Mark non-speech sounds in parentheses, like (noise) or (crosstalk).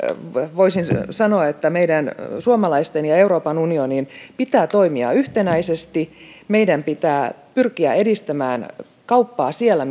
voisin sanoa että meidän suomalaisten ja euroopan unionin pitää toimia yhtenäisesti meidän pitää pyrkiä edistämään kauppaa siellä (unintelligible)